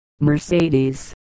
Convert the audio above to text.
Mercedes